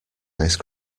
ice